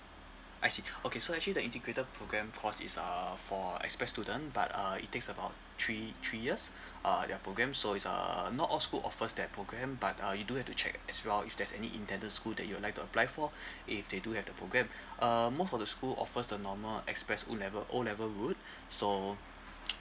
I see okay so actually the integrated program course is uh for express student but uh it takes about three three years uh their program so is uh not all school offers that program but uh you do have to check as well if there's any intended school that you'd like to apply for if they do have the program um most of the school offers the normal express E level O level root so